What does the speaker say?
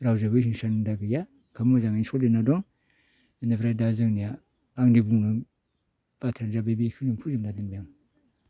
रावजोबो हिंसा निनदा गैया खोब मोजाङै सोलिना दं इनिफ्राय दा जोंनिया आंनि बुंनाय बाथ्राया जाबाय बेखिनियाव फोजोबना दोनबाय आं